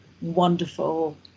wonderful